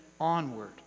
onward